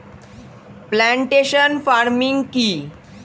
Plantation farming কি?